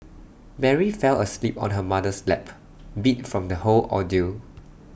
Mary fell asleep on her mother's lap beat from the whole ordeal